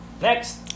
next